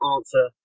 answer